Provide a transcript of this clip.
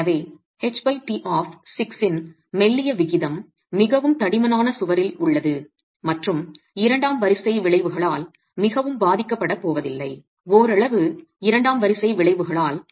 எனவே ht of 6 இன் மெல்லிய விகிதம் மிகவும் தடிமனான சுவரில் உள்ளது மற்றும் இரண்டாம் வரிசை விளைவுகளால் மிகவும் பாதிக்கப்படப் போவதில்லை ஓரளவு இரண்டாம் வரிசை விளைவுகளால்